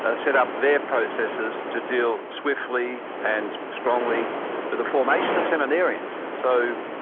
ah set up their processes to deal swiftly and strongly with the formation of seminarians so,